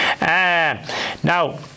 Now